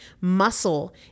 Muscle